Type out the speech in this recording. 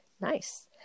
Nice